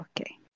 okay